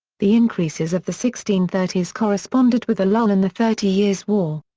the increases of the sixteen thirty s corresponded with a lull in the thirty years' war.